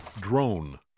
drone